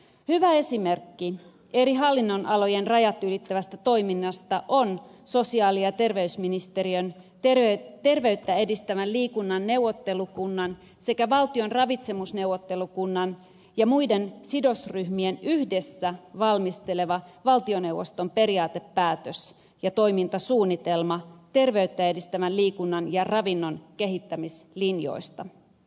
hyvä esimerkki eri hallinnonalojen rajat ylittävästä toiminnasta on sosiaali ja terveysministeriön terveyttä edistävän liikunnan neuvottelukunnan sekä valtion ravitsemusneuvottelukunnan ja muiden sidosryhmien yhdessä valmistelema valtioneuvoston periaatepäätös ja toimintasuunnitelma terveyttä edistävän liikunnan ja ravinnon kehittämislinjoista